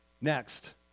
Next